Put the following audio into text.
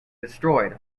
destroyed